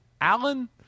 Allen